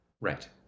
Right